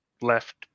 left